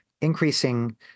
increasing